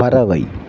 பறவை